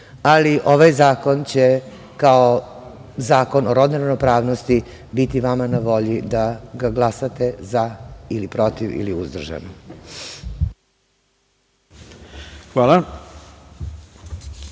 Ovaj zakon će kao Zakon o rodnoj ravnopravnosti biti vama na volji da ga glasate za ili protiv ili uzdržan. **Ivica